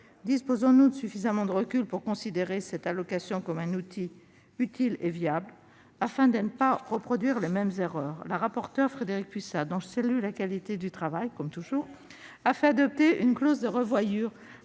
Disposons-nous de suffisamment de recul pour considérer cette allocation comme un outil utile et viable ? Afin de ne pas reproduire les mêmes erreurs,